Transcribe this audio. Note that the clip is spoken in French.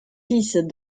fils